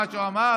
את מה שהוא אמר,